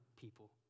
people